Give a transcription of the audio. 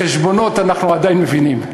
בחשבונות אנחנו עדיין מבינים.